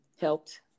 helped